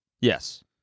Yes